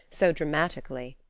so dramatically.